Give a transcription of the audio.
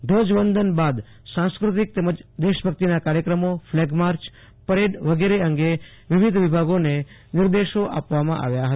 ધ્વજ વંદન બાદ સાંસ્કૃતિક તેમજ દેશ ભક્તિના કાર્યક્રમોફલેગમાર્ચ પરેડ વગેરે અંગે વિવિધ વિભાગોને નિર્દેશો આપવામાં આવ્યા હતા